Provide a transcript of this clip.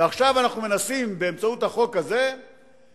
ועכשיו אנחנו מנסים באמצעות החוק הזה להכניס